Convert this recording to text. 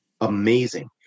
Amazing